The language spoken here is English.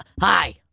Hi